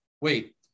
wait –